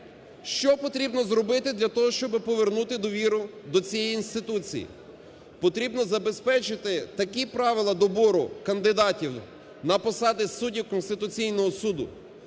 Що потрібно зробити для того, щоб повернути довіру до цієї інституції? Потрібно забезпечити такі правила добору кандидатів на посади суддів Конституційного Суду,